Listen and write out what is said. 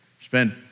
spend